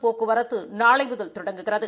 போக்குவரத்து நாளை முதல் தொடங்குகிறது